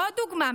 עוד דוגמה.